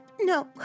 no